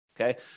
Okay